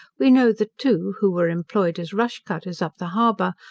we know that two, who were employed as rush cutters up the harbour,